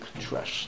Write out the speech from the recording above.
trust